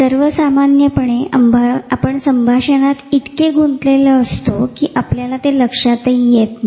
सर्वसामान्यपणे आपण संभाषणात इतके गुंतलेले असतो कि आपल्या ते लक्षातही येत नाही